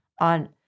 on